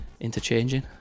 interchanging